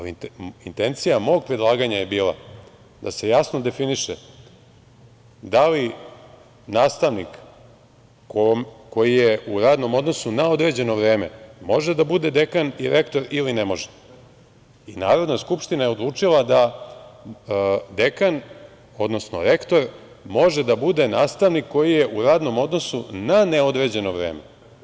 Intencija mog predlaganja je bila da se jasno definiše da li nastavnik koji je u radnom odnosu na određeno vreme može da bude dekan i rektor ili ne može i Narodna skupština je odlučila da dekan, odnos rektor može da bude nastavnik koji je u radnom odnosu na neodređeno vreme.